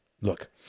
Look